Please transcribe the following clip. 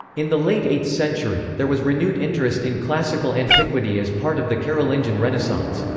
in the late eighth century, there was renewed interest in classical antiquity as part of the carolingian renaissance.